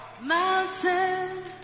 mountain